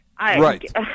Right